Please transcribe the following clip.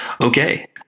Okay